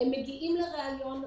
הם מגיעים לריאיון,